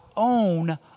own